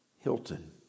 Hilton